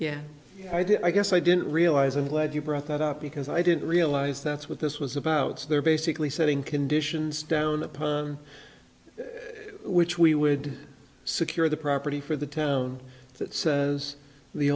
yeah i did i guess i didn't realize i'm glad you brought that up because i didn't realize that's what this was about so they're basically setting conditions down upon which we would secure the property for the town that says the